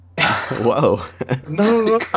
Whoa